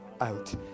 out